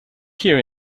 here